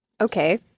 Okay